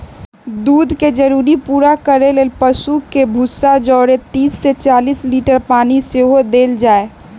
दूध के जरूरी पूरा करे लेल पशु के भूसा जौरे तीस से चालीस लीटर पानी सेहो देल जाय